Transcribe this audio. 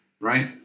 right